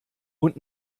und